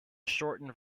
shortened